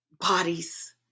bodies